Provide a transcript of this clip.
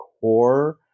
core